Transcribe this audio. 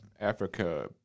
Africa